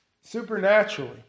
supernaturally